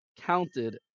counted